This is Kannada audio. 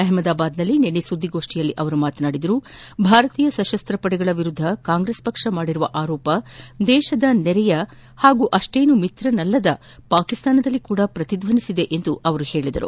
ಅಹ್ನದಾಬಾದ್ನಲ್ಲಿ ನಿನ್ನೆ ಸುದ್ದಿಗೋಷ್ಠಿಯಲ್ಲಿ ಮಾತನಾಡಿದ ಅವರು ಭಾರತೀಯ ಸಶಸ್ತಪಡೆಗಳ ವಿರುದ್ದ ಕಾಂಗ್ರೆಸ್ ಮಾಡಿರುವ ಆರೋಪ ದೇಶದ ನೆರೆಯ ಅಷ್ಟೇನೂ ಮಿತ್ರನಲ್ಲದ ಪಾಕಿಸ್ತಾನದಲ್ಲೂ ಪ್ರತಿದ್ವನಿಸಿದೆ ಎಂದು ಹೇಳಿದ್ದಾರೆ